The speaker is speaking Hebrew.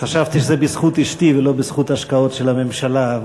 חשבתי שזה בזכות אשתי ולא בזכות השקעות של הממשלה.